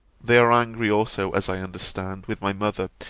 they are angry also, as i understand, with my mother,